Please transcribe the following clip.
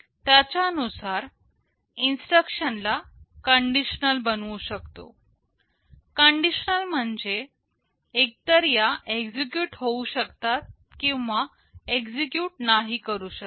याच्या नुसार इन्स्ट्रक्शन ला कंडिशनल बनवू शकतो कंडिशनल म्हणजे एक तर या एक्झिक्युट होऊ शकतात किंवा एक्झिक्युट नाही करू शकत